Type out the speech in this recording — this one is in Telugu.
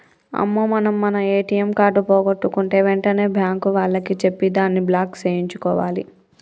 అమ్మో మనం మన ఏటీఎం కార్డు పోగొట్టుకుంటే వెంటనే బ్యాంకు వాళ్లకి చెప్పి దాన్ని బ్లాక్ సేయించుకోవాలి